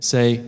Say